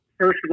First